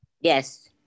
yes